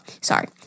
sorry